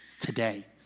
today